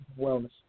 Wellness